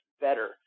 better